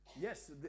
Yes